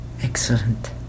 excellent